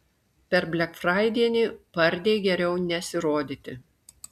per blekfraidienį pardėj geriau nesirodyti